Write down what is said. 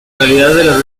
calidad